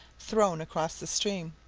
thrown across the stream,